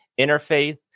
interfaith